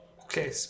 Okay